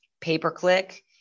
pay-per-click